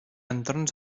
entorns